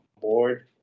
board